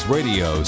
Radio